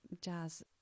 Jazz